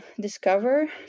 discover